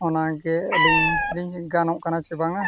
ᱚᱱᱟᱜᱮ ᱟᱹᱞᱤᱧᱞᱤᱧ ᱜᱟᱱᱚᱜ ᱠᱟᱱᱟ ᱥᱮ ᱵᱟᱝᱟ